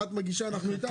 אם את מגישה אז אנחנו איתך.